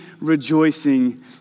rejoicing